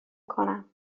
کنم